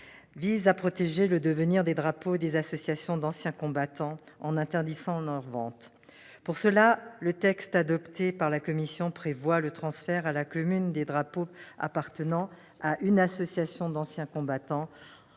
vise à protéger le devenir des drapeaux des associations d'anciens combattants en interdisant leur vente. Dans cette perspective, le texte adopté par la commission prévoit le transfert à la commune des drapeaux appartenant à une association d'anciens combattants